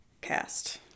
cast